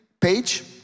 page